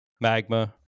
Magma